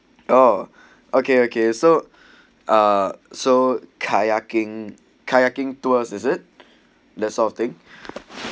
oh okay okay so uh so kayaking kayaking tours is it the sort of thing